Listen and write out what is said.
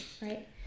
right